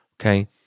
Okay